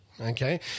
Okay